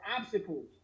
obstacles